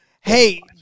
hey